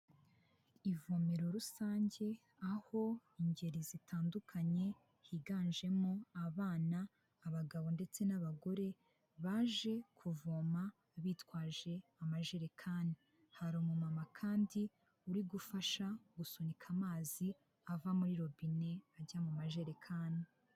Ivomero rusange aho ingeri zitandukanye higanjemo abana, abagabo ndetse n'abagore, baje kuvoma bitwaje amajerekani hari umumama kandi uri gufasha gusunika amazi ava muri robine ajya mu majerekani.